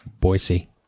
Boise